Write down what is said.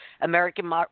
American